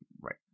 right